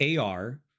AR